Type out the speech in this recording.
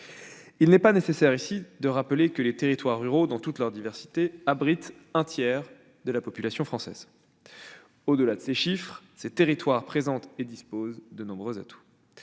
Il n'est pas nécessaire ici de rappeler que les territoires ruraux, dans toute leur diversité, abritent un tiers de la population française. Au-delà de ces chiffres, ces territoires disposent de nombreux atouts.